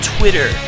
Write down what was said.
Twitter